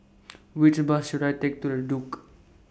Which Bus should I Take to The Duke